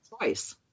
choice